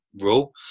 rule